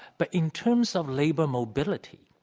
but in terms of labor mobility,